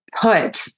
put